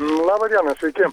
laba diena sveiki